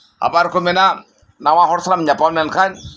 ᱟᱵᱟᱨᱠᱚ ᱢᱮᱱᱟ ᱱᱟᱶᱟ ᱦᱚᱲ ᱥᱟᱶᱮᱢ ᱧᱟᱯᱟᱢ ᱞᱮᱱᱠᱷᱟᱱ